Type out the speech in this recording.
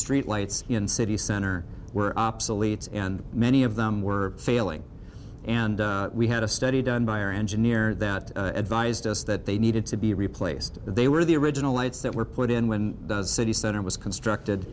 street lights in city center were obsolete and many of them were failing and we had a study done by our engineer that advised us that they needed to be replaced they were the original lights that were put in when the city center was constructed